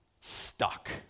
stuck